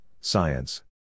science